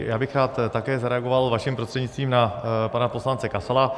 Já bych rád také zareagoval vaším prostřednictvím na pana poslance Kasala.